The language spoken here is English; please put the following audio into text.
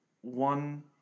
one